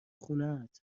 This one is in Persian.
خونهت